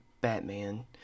Batman